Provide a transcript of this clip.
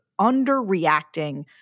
underreacting